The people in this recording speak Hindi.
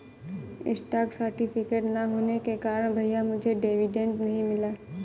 स्टॉक सर्टिफिकेट ना होने के कारण भैया मुझे डिविडेंड नहीं मिला